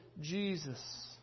Jesus